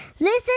Listen